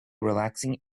relaxing